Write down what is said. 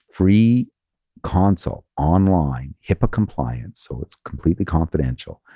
free consult online, hipaa compliance, so it's completely confidential.